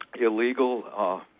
illegal